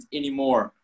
anymore